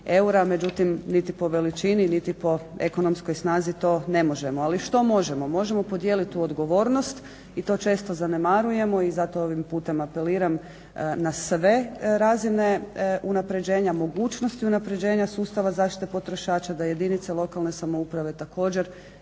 međutim niti po veličini niti po ekonomskoj snazi to ne možemo. Ali što možemo? Možemo podijeliti tu odgovornost i to često zanemarujemo. I zato ovim putem apeliram na sve razine unapređenja, mogućnosti unapređenja sustava zaštite potrošača da jedinice lokalne samouprave također